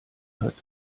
hat